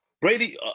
Brady